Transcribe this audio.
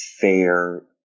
fair